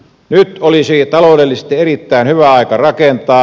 nyt olisi taloudellisesti erittäin hyvä aika rakentaa